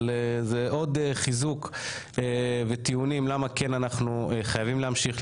אבל זה עוד חיזוק וטיעון ללמה אנחנו חייבים להמשיך,